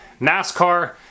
NASCAR